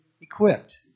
equipped